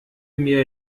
mir